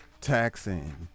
taxing